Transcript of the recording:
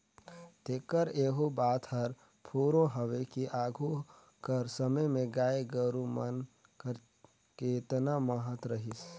तेकर एहू बात हर फुरों हवे कि आघु कर समे में गाय गरू मन कर केतना महत रहिस